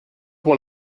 pour